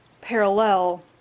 parallel